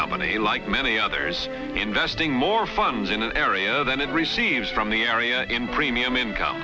company like many others investing more funds in an area than it receives from the area in premium income